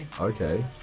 Okay